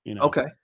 Okay